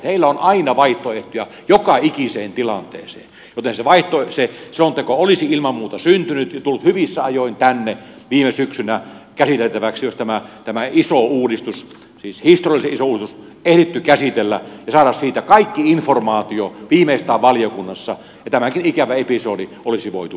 heillä on aina vaihtoehtoja joka ikiseen tilanteeseen joten se selonteko olisi ilman muuta syntynyt ja tullut hyvissä ajoin tänne viime syksynä käsiteltäväksi ja tämä iso uudistus siis historiallisen iso uudistus ehditty käsitellä ja saada siitä kaikki informaatio viimeistään valiokunnassa ja tämäkin ikävä episodi olisi voitu välttää